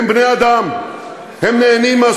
זה נגד בית-המשפט העליון.